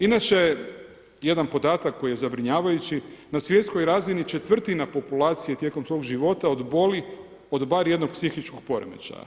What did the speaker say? I nače, jedan podatak koji je zabrinjavajući, na svjetskoj razini, 1/4 populacije tijekom svog života oboli od bar jednog psihičkog poremećaja.